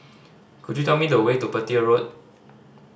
could you tell me the way to Petir Road